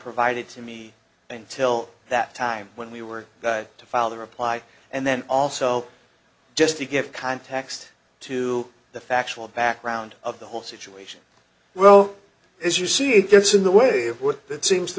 provided to me until that time when we were to file the reply and then also just to give context to the factual background of the whole situation well as you see it gets in the way of what it seems to